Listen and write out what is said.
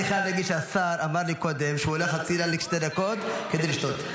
אני חייב להגיד שהשר אמר לי קודם שהוא הולך הצידה לשתי דקות כדי לשתות.